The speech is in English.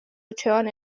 return